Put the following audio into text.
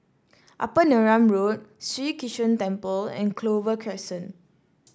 Upper Neram Road Sri Krishnan Temple and Clover Crescent